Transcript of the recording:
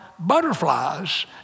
butterflies